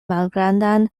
malgrandan